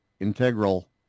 Integral